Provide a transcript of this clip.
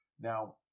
Now